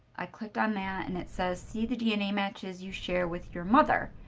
i clicked on that, and it says, see the dna matches you share with your mother.